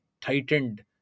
tightened